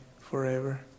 forever